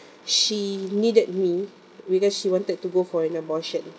she needed me because she wanted to go for an abortion